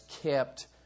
kept